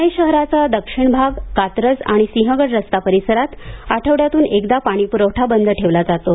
पुणे शहराचा दक्षिण भाग कात्रज आणि सिंहगड रस्ता परिसरात आठवड्यातून एकदा पाणी प्रवठा बंद ठेवला जातो